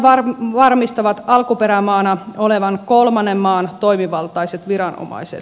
tämän varmistavat alkuperämaana olevan kolmannen maan toimivaltaiset viranomaiset